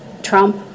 trump